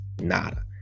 nada